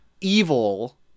evil